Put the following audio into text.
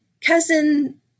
cousin